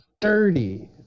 dirty